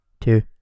two